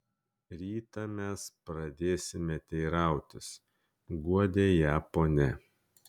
rytą mes pradėsime teirautis guodė ją ponia